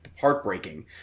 heartbreaking